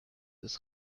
ist